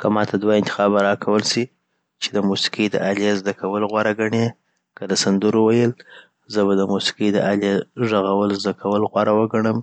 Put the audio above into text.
که ماته دوه انتخابه راکول سي چی دموسیقي الی غږولو غوره ګڼي که د سندرو ویل زه به د موسیقۍ د الې غږول زده کول غوره وګڼم،